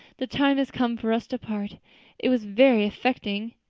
the time has come for us to part it was very affecting.